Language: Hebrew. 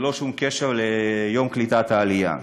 ללא שום קשר ליום קליטת העלייה.